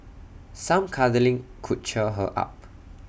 some cuddling could cheer her up